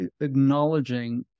acknowledging